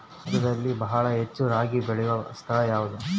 ಭಾರತದಲ್ಲಿ ಬಹಳ ಹೆಚ್ಚು ರಾಗಿ ಬೆಳೆಯೋ ಸ್ಥಳ ಯಾವುದು?